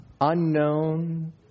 unknown